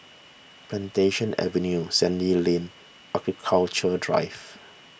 Plantation Avenue Sandy Lane and Architecture Drive